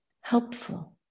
helpful